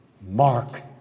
Mark